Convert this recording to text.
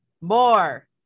more